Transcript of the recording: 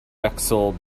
bexhill